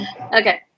okay